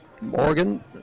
Morgan